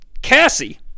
Cassie